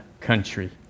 country